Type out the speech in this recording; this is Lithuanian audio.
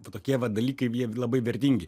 tokie va dalykai labai vertingi